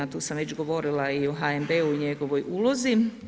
Tu sam već govorila i o HNB-u i njegovoj ulozi.